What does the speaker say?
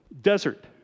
desert